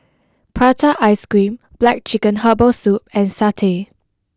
Prata Ice cream Black Chicken Herbal Soup and Satay